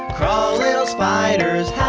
crawl little spiders.